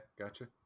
gotcha